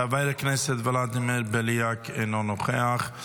חבר הכנסת ולדימיר בליאק, אינו נוכח.